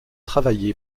travaillé